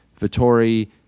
Vittori